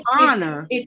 honor